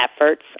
efforts